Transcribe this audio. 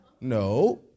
No